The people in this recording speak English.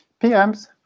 PMs